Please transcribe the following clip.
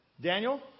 Daniel